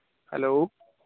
hello